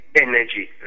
energy